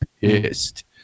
pissed